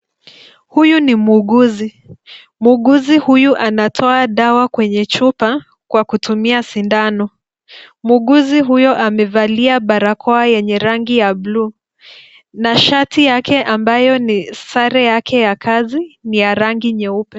Huyu ni muuguzi. Muuguzi huyu anatoa dawa kwenye chupa kwa kutumia sindano. Muuguzi huyo amevalia barakoa yenye rangi ya bluu na shati yake ambayo ni sare yake ya kazi ni ya rangi nyeupe.